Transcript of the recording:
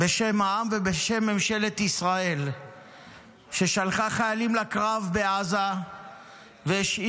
בשם העם ובשם ממשלת ישראל ששלחה חיילים לקרב בעזה והשאירה